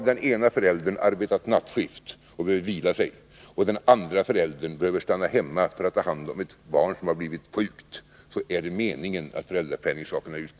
Om den ena föräldern har arbetat nattskift och behöver vila sig och den andra föräldern måste stanna hemma för att ta hand om ett barn som har blivit sjukt, skall föräldrapenning kunna utgå.